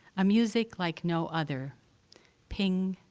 a music like no other ping,